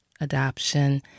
adoption